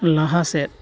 ᱞᱟᱦᱟ ᱥᱮᱫ